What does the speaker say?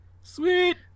sweet